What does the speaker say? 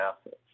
assets